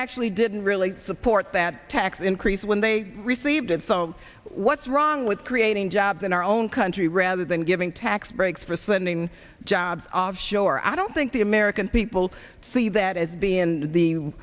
actually didn't really support that tax increase when they received it so what's wrong with creating jobs in our own country rather than giving tax breaks for sending jobs offshore i don't think the american people see that as being